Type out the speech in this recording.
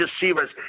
deceivers